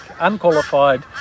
unqualified